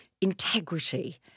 integrity